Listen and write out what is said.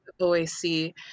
OAC